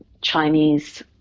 Chinese